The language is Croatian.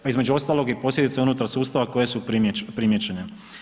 Između ostalog i posljedice unutar sustava koje su primijećene.